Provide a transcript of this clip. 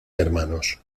hermanos